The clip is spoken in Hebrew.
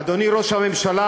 אדוני ראש הממשלה,